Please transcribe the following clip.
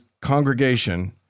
congregation